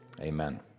amen